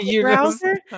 browser